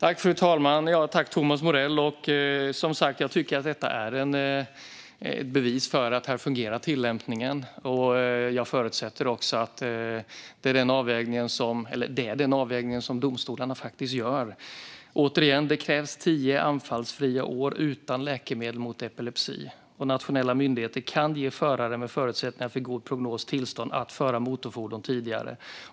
Fru talman! Jag tackar Thomas Morell. Jag tycker att detta är ett bevis för att tillämpningen fungerar här. Det är också den avvägningen som domstolarna faktiskt gör. Återigen: Det krävs tio anfallsfria år utan läkemedel mot epilepsi. Nationella myndigheter kan ge förare med förutsättningar för god prognos tillstånd att föra motorfordon tidigare.